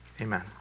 Amen